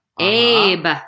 Abe